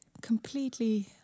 completely